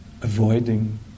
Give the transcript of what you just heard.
avoiding